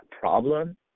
problem